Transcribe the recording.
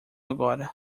agora